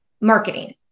marketing